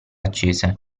accese